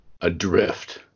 adrift